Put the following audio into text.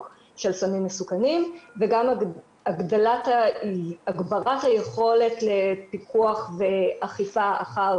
של סמים מסוכנים וגם הגברת היכולת לפיקוח ואכיפה אחר